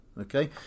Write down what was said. Okay